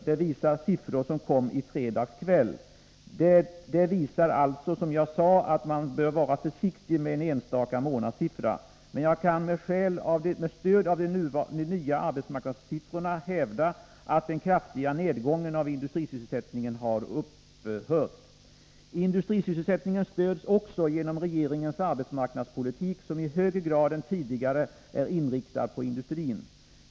Det framgår av siffror som kom i fredags kväll. Det visar, som jag sade, att man bör vara försiktig när det gäller att bedöma en enstaka månads mätresultat. Men jag kan med stöd av de nya arbetsmarknadssiffrorna hävda att den kraftiga nedgången av industrisysselsättningen Industrisysselsättningen stöds också genom regeringens arbetsmarknadspolitik, som i högre grad än tidigare är inriktad på industrin.